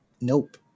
Nope